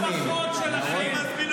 הזמבורות שלכם,